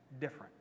different